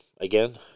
again